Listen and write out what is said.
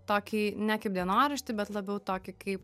tokį ne kaip dienoraštį bet labiau tokį kaip